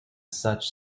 such